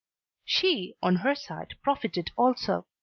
she on her side profited also.